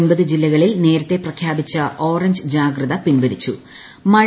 ഒൻപത് ജില്ലകളിൽ നേരത്തെ പ്രഖ്യാപിച്ചു ഓറഞ്ച് ജാഗ്രത പിൻവലിച്ചു